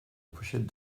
pochette